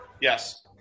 Yes